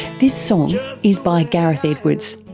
this song yeah is by gareth edwards.